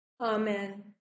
Amen